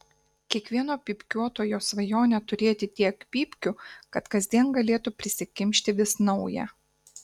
kiekvieno pypkiuotojo svajonė turėti tiek pypkių kad kasdien galėtų prisikimšti vis naują